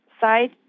side